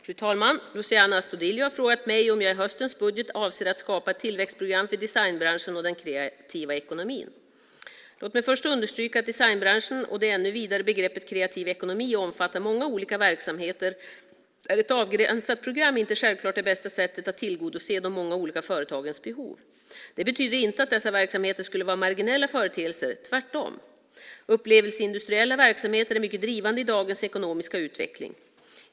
Fru talman! Luciano Astudillo har frågat mig om jag i höstens budget avser att skapa ett tillväxtprogram för designbranschen och den kreativa ekonomin. Låt mig först understryka att designbranschen och det ännu vidare begreppet kreativ ekonomi omfattar många olika verksamheter där ett avgränsat program inte självklart är bästa sättet att tillgodose de många olika företagens behov. Det betyder inte att dessa verksamheter skulle vara marginella företeelser - tvärtom. Upplevelseindustriella verksamheter är mycket drivande i dagens ekonomiska utveckling.